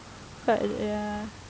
but ya